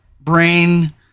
brain